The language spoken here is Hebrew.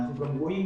אנחנו גם רואים